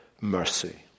mercy